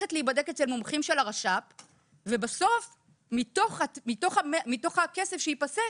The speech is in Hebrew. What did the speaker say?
ללכת להיבדק אצל מומחים של הרשות הפלסטינית ובסוף מתוך הכסף שייפסק,